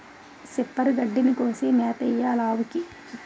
సిప్పరు గడ్డిని కోసి మేతెయ్యాలావుకి